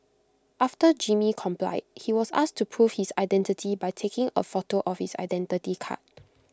after Jimmy complied he was asked to prove his identity by taking A photo of his Identity Card